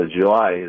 July